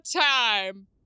time